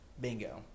Bingo